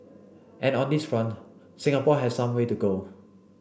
and on this front Singapore has some way to go